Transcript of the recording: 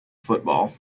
football